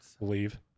leave